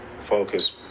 focus